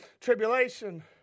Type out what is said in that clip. tribulation